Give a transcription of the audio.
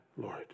Lord